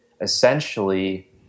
essentially